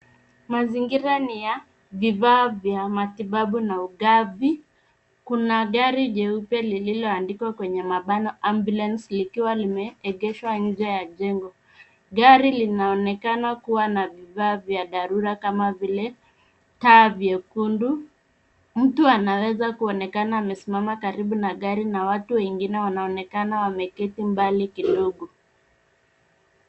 Mazingira ni ya bidhaa vya matibabu na ugavi. Kuna gari jeupe lililoandikwa kwenye mabano ambulance likiwa limeegeshwa nje ya jengo. Gari linaonekana kuwa na bidhaa vya dharura kama vile taa vyekundu. Mtu anaweza kuonekana amesimama karibu na gari na watu wengine wanaonekana wameketi mbali kidogo.